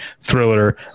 thriller